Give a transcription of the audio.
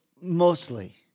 mostly